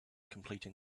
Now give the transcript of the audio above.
completing